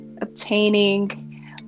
obtaining